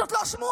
זאת לא שמועה.